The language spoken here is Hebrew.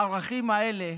הערכים האלה